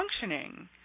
functioning